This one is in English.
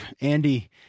Andy